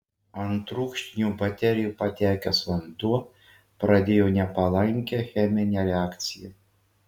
ant rūgštinių baterijų patekęs vanduo pradėjo nepalankę cheminę reakciją